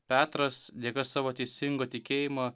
petras dėka savo teisingo tikėjimo